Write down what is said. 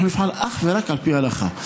אנחנו נפעל אך ורק על פי ההלכה.